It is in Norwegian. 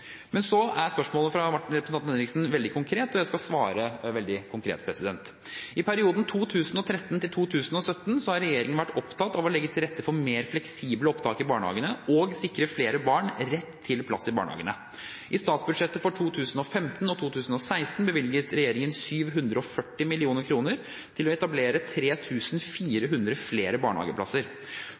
Men spørsmålet fra representanten Henriksen er veldig konkret, og jeg skal svare veldig konkret. I perioden 2013–2017 har regjeringen vært opptatt av å legge til rette for mer fleksible opptak i barnehagene og sikre flere barn rett til plass i barnehagene. I statsbudsjettet for 2015 og 2016 bevilget regjeringen 740 mill. kr til å etablere 3 400 flere barnehageplasser.